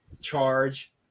charge